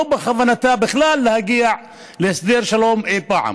לא בכוונתה בכלל להגיע להסדר שלום אי פעם.